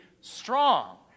strong